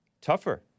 Tougher